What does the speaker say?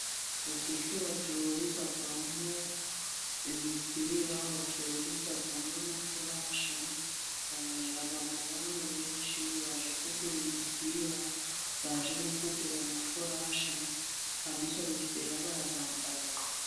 Butike bacururizamo imipira, bacururizamo na fulashe, hahuriramo abantu benshi baje kugura imipira, baje no kugura na fulashe, kandi iyo mipira bayambara.